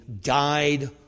died